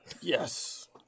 Yes